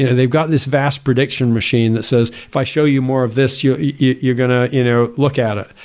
yeah they've got this vast prediction machine that says if i show you more of this, you you going to you know look at it,